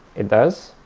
it does.